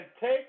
take